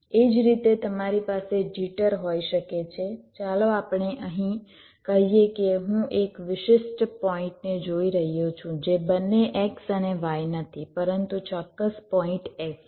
એ જ રીતે તમારી પાસે જિટર હોઈ શકે છે ચાલો આપણે અહીં કહીએ કે હું એક વિશિષ્ટ પોઈંટને જોઈ રહ્યો છું જે બંને x અને y નથી પરંતુ ચોક્કસ પોઈંટ x છે